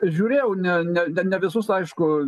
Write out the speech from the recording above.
žiūrėjau ne ne ne visus aišku